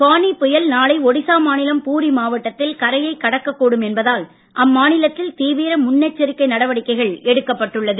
ஃபானி புயல் நாளை ஒடிசா மாநிலம் பூரி மாவட்டத்தில் கரையை கடக்கக்கூடும் என்பதால் அம்மாநிலத்தில் தீவிர முன்னெச்சரிக்கை நடவடிக்கைகள் எடுக்கப்பட்டுள்ளது